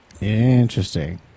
Interesting